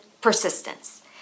persistence